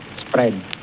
spread